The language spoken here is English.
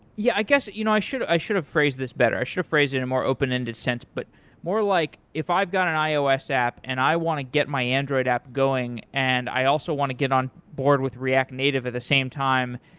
yeah. i guess you know i should i should have phrased this better. i should have phrased it in a more open-ended sense, but more like if i've got an ios app and i want to get my android app going and i also want to get on board with react native at the same time,